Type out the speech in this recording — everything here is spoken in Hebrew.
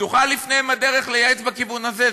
פתוחה לפניהם הדרך לייעץ בכיוון הזה,